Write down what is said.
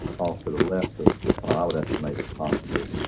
off to the left of the car. i would estimate possibly